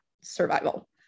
survival